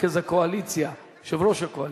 יושב-ראש הקואליציה.